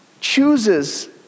chooses